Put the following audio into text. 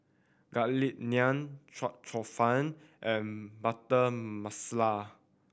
Garlic Naan chua cheong fun and Butter Masala